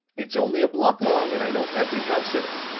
it's only a block long, and i know every house in it.